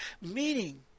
meaning